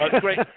great